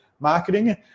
marketing